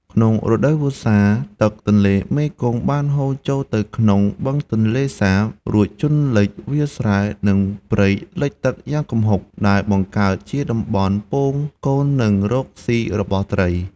ក្នុងរដូវវស្សា ទឹកទន្លេមេគង្គបានហូរចូលទៅក្នុងបឹងទន្លេសាប រួចជន់លិចវាលស្រែ និងព្រៃលិចទឹកយ៉ាងគំហុក ដែលបង្កើតជាតំបន់ពងកូន និងរកស៊ីរបស់ត្រី។